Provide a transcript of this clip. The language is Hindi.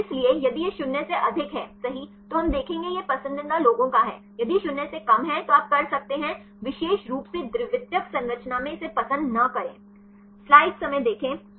इसलिए यदि यह 0 से अधिक हैसही तो हम देखेंगे कि यह पसंदीदा लोगों का है यदि 0 से कम है तो आप कर सकते हैं विशेष रूप से द्वितीयक संरचना में इसे पसंद न करें